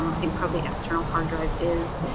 um i think probably external hard drive is.